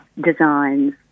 designs